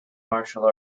martial